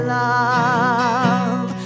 love